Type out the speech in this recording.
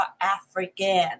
African